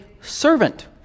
servant